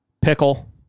Pickle